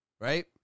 Right